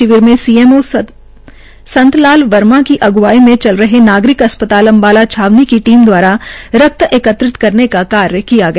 शिविर में एसएमओ संतपाल वर्मा की अग्वाई में चल रहे नागरिक अस्पताल अम्बाला छावनी की टीम द्वारा रकत एकत्रित करने का कार्य गया